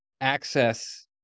access